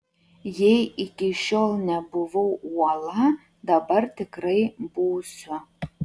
jei iki šiol nebuvau uola dabar tikrai būsiu